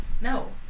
no